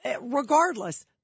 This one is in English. regardless